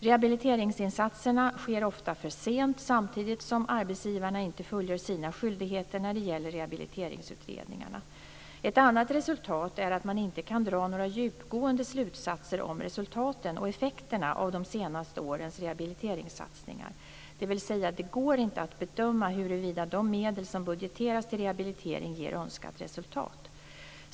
Rehabiliteringsinsatserna sker ofta för sent samtidigt som arbetsgivarna inte fullgör sina skyldigheter när det gäller rehabiliteringsutredningarna. Ett annat resultat är att man inte kan dra några djupgående slutsatser om resultaten och effekterna av de senaste årens rehabiliteringssatsningar - dvs. det går inte att bedöma huruvida de medel som budgeteras till rehabilitering ger önskat resultat.